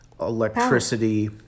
electricity